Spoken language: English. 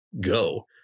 go